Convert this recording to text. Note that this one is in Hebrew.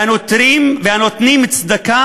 והנותנים צדקה